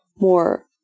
more